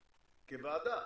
כוועדה,